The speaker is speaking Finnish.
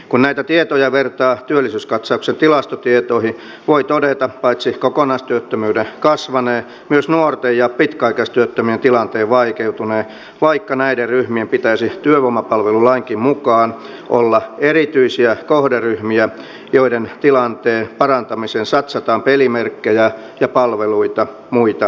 kun näitä tietoja vertaa työllisyyskatsauksen tilastotietoihin voi todeta paitsi kokonaistyöttömyyden kasvaneen myös nuorten ja pitkäaikaistyöttömien tilanteen vaikeutuneen vaikka näiden ryhmien pitäisi työvoimapalvelulainkin mukaan olla erityisiä kohderyhmiä joiden tilanteen parantamiseen satsataan pelimerkkejä ja palveluita muita enemmän